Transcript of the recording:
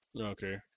Okay